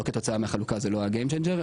לא כתוצאה מהחלוקה זה לא ה-game changer,